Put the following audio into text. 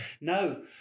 no